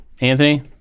Anthony